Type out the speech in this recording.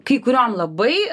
kai kuriom labai